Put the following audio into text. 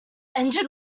engine